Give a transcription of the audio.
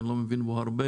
שאני לא מבין בו הרבה,